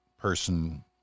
person